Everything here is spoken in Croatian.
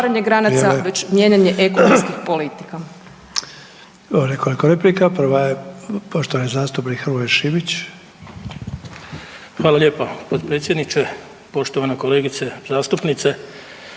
Hvala lijepa potpredsjedniče. Poštovana kolegice zastupnice,